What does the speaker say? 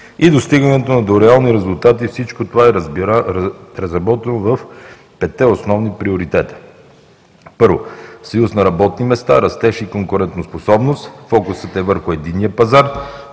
и достигането до реални резултати – всичко това е разработено в петте основни приоритета. Първо, съюз на работни места, растеж и конкурентоспособност, фокусите върху единния пазар,